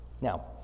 Now